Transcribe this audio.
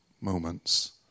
moments